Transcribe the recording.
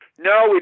No